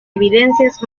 evidencias